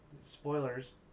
spoilers